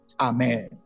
amen